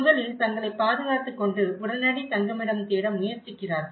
முதலில் தங்களைப் பாதுகாத்துக் கொண்டு உடனடி தங்குமிடம் தேட முயற்சிக்கிறார்கள்